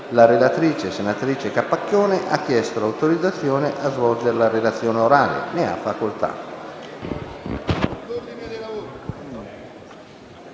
La relatrice, senatrice Capacchione, ha chiesto l'autorizzazione a svolgere la relazione orale. Non facendosi